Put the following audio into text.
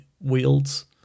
wields